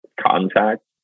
contact